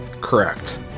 Correct